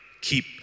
keep